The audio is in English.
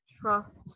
trust